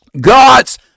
God's